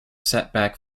setback